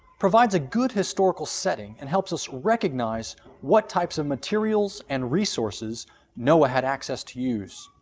provides a good historical setting and helps us recognize what types of materials and resources noah had access to use.